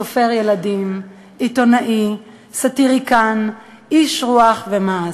סופר ילדים, עיתונאי, סטיריקן, איש רוח ומעש,